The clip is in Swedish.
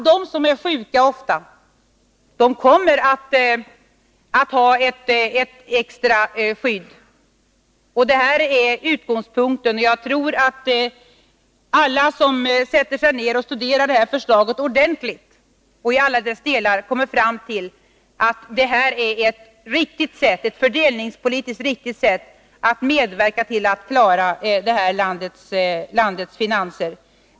De som är sjuka ofta kommer att ha ett extra skydd. Detta är utgångspunkten för vårt förslag, och jag tror att alla som sätter sig ned och studerar förslaget ordentligt i alla dess delar kommer fram till att detta är ett fördelningspolitiskt riktigt sätt att medverka till att klara det här landets finanser.